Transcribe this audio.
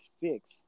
fix